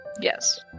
Yes